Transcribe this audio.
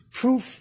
proof